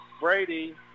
Brady